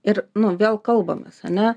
ir nu vėl kalbamės ane